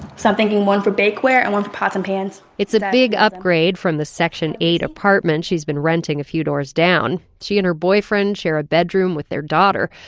so i'm thinking one for bakeware and one for pots and pans. it's a big upgrade from the section eight apartment she's been renting a few doors down. she and her boyfriend share a bedroom with their daughter